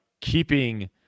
keeping